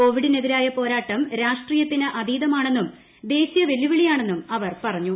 കോവിഡിനെതിരായ പോരാട്ടം രാഷ്ട്രീയത്തിന് അതീതമാണെന്നും ദേശീയ വെല്ലുവിളിയാണെന്നും അവർ പറഞ്ഞു